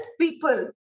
people